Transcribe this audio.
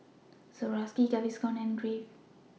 Swarovski Gaviscon and Crave